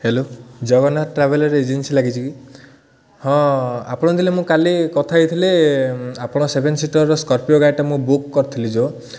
hello Jagannath traveller agency ଲାଗିଛିକି ହଁ ଆପଣ ଥିଲେ ମୁଁ କାଲି କଥା ହେଇଥିଲି ଆପଣ ସେଭେନ୍ ସିଟର୍ ସ୍କର୍ପିଓ ଗାଡ଼ିଟା ମୁଁ ବୁକ୍ କରିଥିଲି ଯେଉଁ